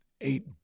eight